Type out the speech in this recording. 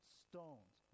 stones